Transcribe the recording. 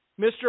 Mr